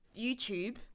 YouTube